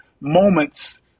moments